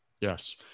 Yes